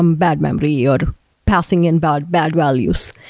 um bad memory, or passing in bad bad values,